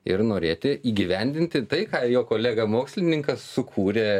ir norėti įgyvendinti tai ką jo kolega mokslininkas sukūrė